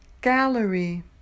Gallery